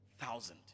thousand